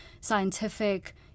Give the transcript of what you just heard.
scientific